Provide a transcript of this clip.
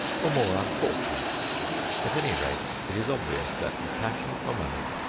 or more unfortunate at any rate, it is obvious that the passion for money,